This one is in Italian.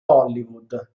hollywood